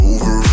Over